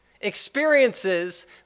experiences